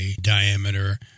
diameter